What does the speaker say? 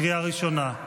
קריאה ראשונה.